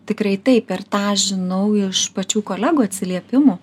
tikrai taip ir tą žinau iš pačių kolegų atsiliepimų